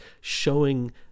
showing